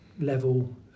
level